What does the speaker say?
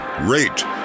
rate